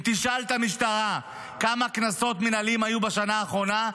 אם תשאל את המשטרה כמה קנסות מינהליים היו בשנה האחרונה,